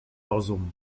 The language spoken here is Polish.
rozum